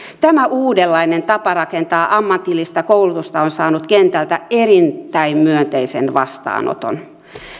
tämä uudenlainen tapa rakentaa ammatillista koulutusta on saanut kentältä erittäin myönteisen vastaanoton